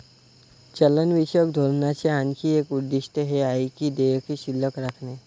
चलनविषयक धोरणाचे आणखी एक उद्दिष्ट हे आहे की देयके शिल्लक राखणे